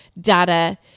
data